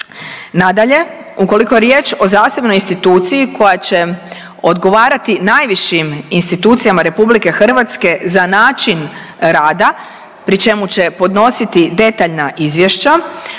Nadalje, ukoliko je riječ o zasebnoj instituciji koja će odgovarati najvišim institucijama Republike Hrvatske za način rada pri čemu će podnositi detaljna izvješća